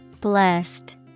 Blessed